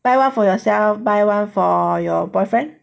buy one for yourself buy one for your boyfriend